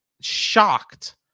shocked